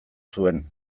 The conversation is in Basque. zuen